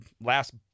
last